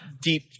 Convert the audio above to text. deep